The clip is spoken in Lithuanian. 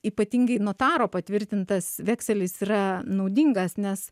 ypatingai notaro patvirtintas vekselis yra naudingas nes